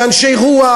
ואנשי רוח,